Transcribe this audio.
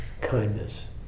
kindness